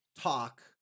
talk